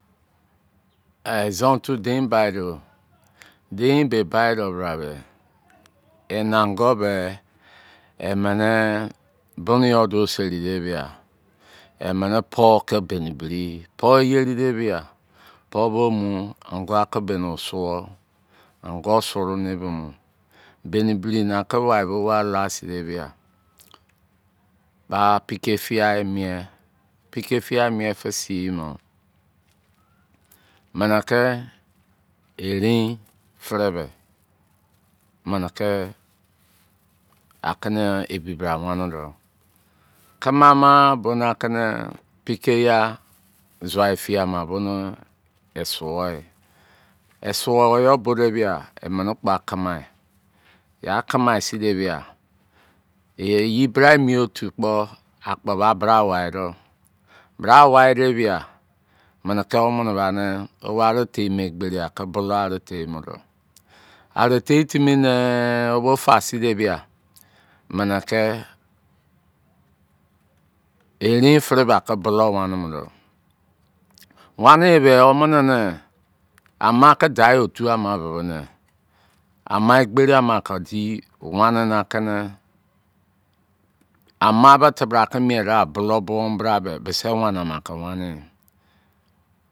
Izo̱n-otu deio bai doo. Dein be baị dọ bra be, inango be bunuyo duo seri de bia, i mini pov ko beni biri yi. Pọụ eyeri de bịa, pọụ bo mu, ango akọ beni o suọ. Angọọ sụrụ ni ebimọ. Be biri nị aki bo warị la sin de bia, ba pikei fiyai mien. Pikei fiyai, mien fịsin ino, mini ki erein firi ke, mini ki, akini ebi bra wẹnị dọ kini ama boni akini pikei a zua efiya ama bonị! Euo yi.! Suọ yọ bo de bia, imini kpo a kama. Eyi bra emi-otu kpọ akpo̱ ba bra waị do̱. Bra waị debia mini ki womini bani, wo aritei mọ egberi aki bọlọụ aritei mọ dọ. Aritei timi ne, wo bo fasin de bia, mini ki erein firi be aki bulou weni mo do. wo ani be womini ini amaki daa yi-otu ama bibi ni, ama egberi ama kị di weni ni akini. Ama be̱ tịbra kị mien da bulou bo̱o ni bra bẹ. Bisi weni ki weni yi.